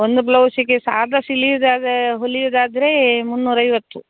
ಒಂದು ಬ್ಲೌಸಿಗೆ ಸಾದಾ ಸಿಲೀವ್ಸ್ ಆದ್ರೆ ಹೊಲಿಯುವುದಾದ್ರೆ ಮುನ್ನೂರ ಐವತ್ತು